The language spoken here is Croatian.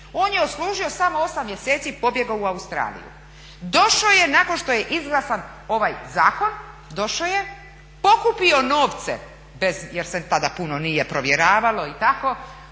On je odslužio samo 8 mjeseci, pobjegao u Australiju. Došao je nakon što je izglasan ovaj zakon, došao je, pokupio novce bez, jer se tada puno nije provjeravalo i tako,